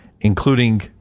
including